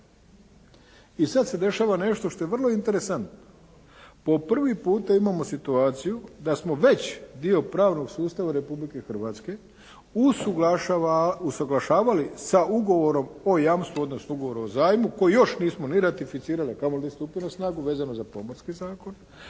i sada se dešava nešto što je vrlo interesantno. Po prvi puta imamo situaciju da smo već dio pravnog sustava Republike Hrvatske usuglašavali sa ugovorom o jamstvu, odnosno ugovorom o zajmu koji još nismo ni ratificirali a kamoli stupio na snagu vezano za Pomorski zakon,